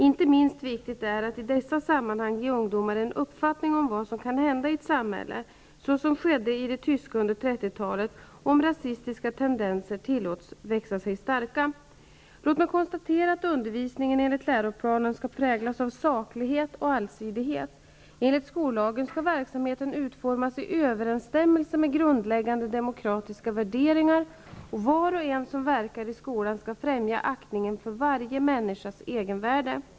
Inte minst viktigt är att i dessa sammanhang ge ungdo mar en uppfatting om vad som kan hända i ett samhälle -- så som skedde i det tyska under 30-ta let -- om rasistiska tendenser tillåts växa sig starka. Låt mig konstatera att undervisningen enligt läro planen skall präglas av saklighet och allsidighet. Enligt skollagen skall verksamheten utformas i överensstämmelse med grundläggande demokra tiska värderingar, och var och en som verkar i sko lan skall främja aktningen för varje människas egenvärde.